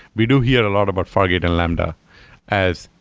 we do hear a lot about fargate and lambda as,